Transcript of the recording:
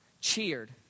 cheered